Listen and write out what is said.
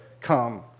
come